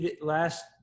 last